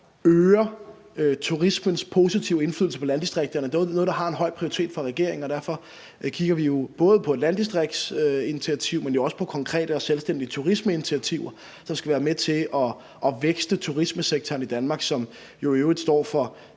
øger turismens positive indflydelse på landdistrikterne, er noget, der har en høj prioritet for regeringen, og derfor kigger vi jo både på landdistriktsinitiativer, men også på konkrete og selvstændige turismeinitiativer, som skal være med til at vækste turismesektoren i Danmark, som i øvrigt står for